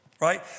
Right